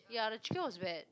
ya the chicken was bad